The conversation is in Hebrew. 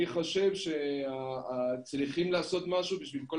אני חושב שצריכים לעשות משהו בשביל שכל